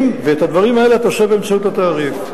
ואת הדברים האלה אתה עושה באמצעות התעריף.